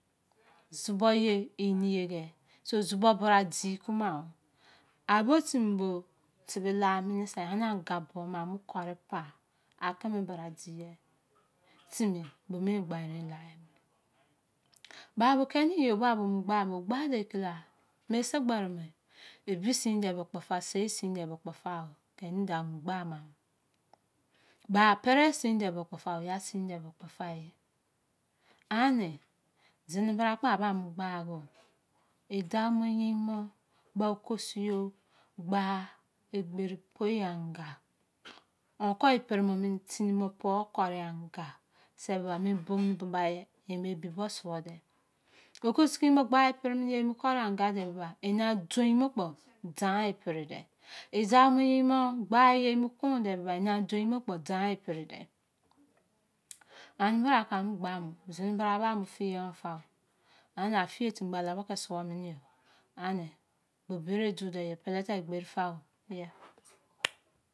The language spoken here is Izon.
Zubo ye, inie be. To zubo bra di kuma. Awo tumu bo tibi la mini se, ini angabuo ma mo kori pa. A kimi bra digha timi bo mi mobai erein la emi. Ba bo keni iye o ba bo mo gbamo. ogba de ke la, misi gba erien me. Ebi sin de bo kpo fa. Seinsin de bo kpo fa o. Kenida a mo gba ma. Ba pere sinde bo kpo fa, oya sin de bo kpo fa e. Ani, zini bra kpo amo gba o. E dau mo e yin mo, ba okosu yo, gba egberi poi anga. A kon i primini tinimo puo kori anga. Te bra mi bomini bulai i mo ebibo suode. Okosu kimi bo gha e pri mini ye emo kori anga de ba, ma doin mo kpo dawain e pride. E day mo yin mo gba eye emo kon ne ba, ina doin mo kpo dawain i pri de. Ani mi bra ki amo gba me. Zini bra a ba aro fiye gha fa. Ania a fiye timi alabo ki suo mini. Ani bo bere dude yo. Pele de egberi fa o ya.